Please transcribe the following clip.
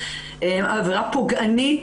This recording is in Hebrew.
עבירה פוגענית,